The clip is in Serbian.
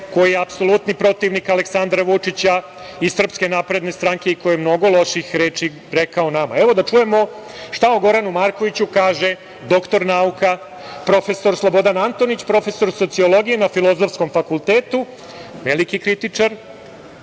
koji je apsolutni protivnik Aleksandra Vučića i SNS i koji je mnogo loših reči rekao nama. Evo, da čujemo šta o Goranu Markoviću kaže doktor nauka, profesor Slobodan Antonić, profesor Sociologije na Filozofskom fakultetu, veliki kritičar